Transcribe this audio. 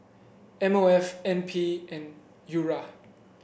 M O F N P and URA